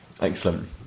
Excellent